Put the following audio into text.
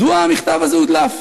מדוע המכתב הזה הודלף.